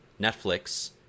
Netflix